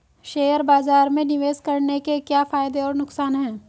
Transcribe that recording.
Share बाज़ार में निवेश करने के क्या फायदे और नुकसान हैं?